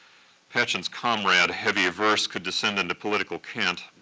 patchen's comrade, heavy verse could descend into political cant,